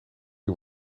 die